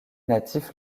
natifs